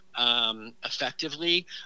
Effectively